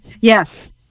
Yes